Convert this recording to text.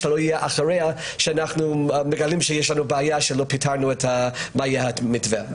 שלא נגלה שיש לנו בעיה ולא פתרנו את בעיית המתווה.